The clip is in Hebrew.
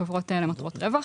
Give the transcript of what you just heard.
זה חברות למטרות רווח.